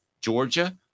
Georgia